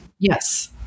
Yes